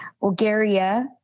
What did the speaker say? Bulgaria